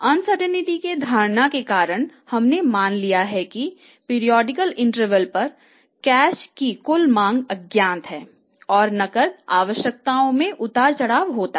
uncertainty पर cash की कुल मांग अज्ञात है और नकद आवश्यकताओं में उतार चढ़ाव होता है